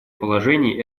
положений